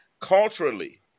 culturally